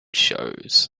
shows